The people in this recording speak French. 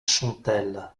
chantelle